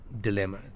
dilemma